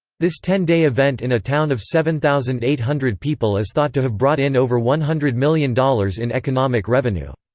this ten day event in a town of seven thousand eight hundred people is thought to have brought in over one hundred million dollars in economic revenue.